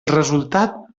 resultat